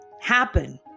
happen